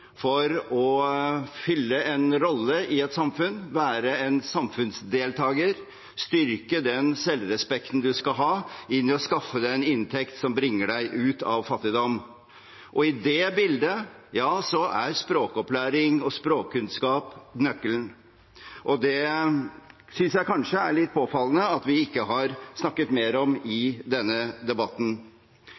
å fylle en rolle i et samfunn, være en samfunnsdeltaker, styrke den selvrespekten du skal ha, ved å skaffe deg en inntekt som bringer deg ut av fattigdom. I det bildet er språkopplæring og språkkunnskap nøkkelen, og det synes jeg kanskje er litt påfallende at vi ikke har snakket mer om i denne debatten.